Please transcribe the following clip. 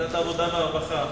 ועדת העבודה והרווחה.